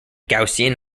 gaussian